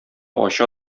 ача